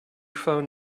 phone